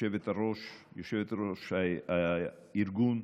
יושבת-ראש הארגון,